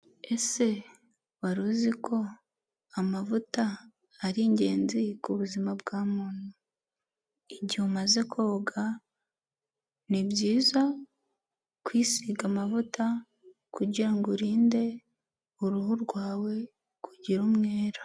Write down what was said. Ese wari uzi ko amavuta ari ingenzi ku buzima bwa muntu, igihe umaze koga ni byiza kwisiga amavuta kugirango burinde uruhu rwawe kugira umwera.